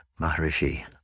Maharishi